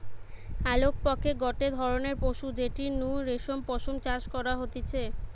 আলাপকে গটে ধরণের পশু যেটির নু রেশম পশম চাষ করা হতিছে